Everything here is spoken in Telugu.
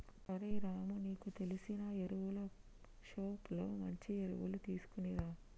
ఓరై రాము నీకు తెలిసిన ఎరువులు షోప్ లో మంచి ఎరువులు తీసుకునిరా